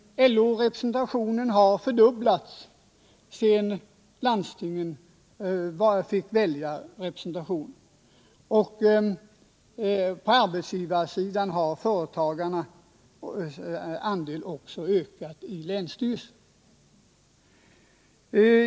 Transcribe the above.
LO-representationen har fördubblats sedan landstingen fick välja representation och på arbetsgivarsidan har företagarnas andel också ökat i länsstyrelsen.